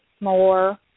more